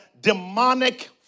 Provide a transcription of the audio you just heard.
demonic